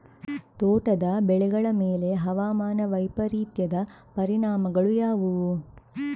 ತೋಟದ ಬೆಳೆಗಳ ಮೇಲೆ ಹವಾಮಾನ ವೈಪರೀತ್ಯದ ಪರಿಣಾಮಗಳು ಯಾವುವು?